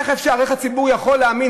איך אפשר, איך הציבור יכול להאמין?